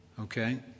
Okay